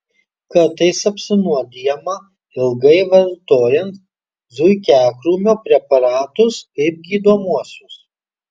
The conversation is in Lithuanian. kartais apsinuodijama ilgai vartojant zuikiakrūmio preparatus kaip gydomuosius